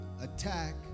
attack